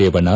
Revanna